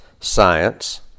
science